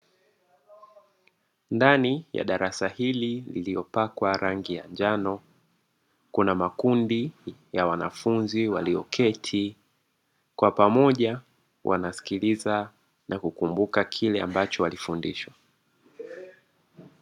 Ndani ya darasa hili lililopakwa rangi ya njano kuna makundi ya wanafunzi walioketi kwa pamoja, wanasikiliza na kukumbuka kile ambacho walifundishwa.